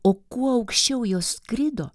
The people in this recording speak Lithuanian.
o kuo aukščiau jos skrido